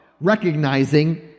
recognizing